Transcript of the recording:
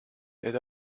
that